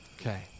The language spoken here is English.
Okay